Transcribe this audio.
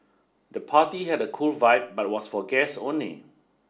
the party had a cool vibe but was for guests only